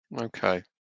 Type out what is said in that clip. Okay